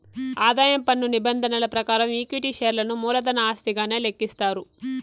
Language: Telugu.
ఆదాయం పన్ను నిబంధనల ప్రకారం ఈక్విటీ షేర్లను మూలధన ఆస్తిగానే లెక్కిస్తారు